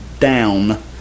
Down